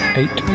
eight